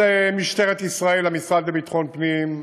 את משטרת ישראל, המשרד לביטחון הפנים,